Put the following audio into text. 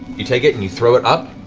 you take it and you throw it up.